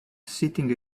sitting